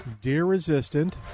deer-resistant